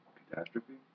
catastrophe